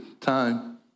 time